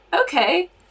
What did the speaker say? Okay